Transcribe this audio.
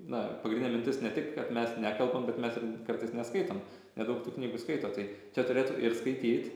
na pagrindinė mintis ne tik kad mes nekalbam bet mes ir kartais neskaitom nedaug tų knygų skaito tai čia turėtų ir skaityt